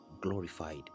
glorified